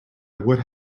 would